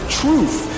truth